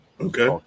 Okay